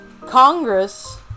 Congress